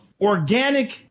organic